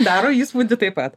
daro įspūdį taip pat